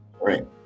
Right